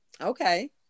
Okay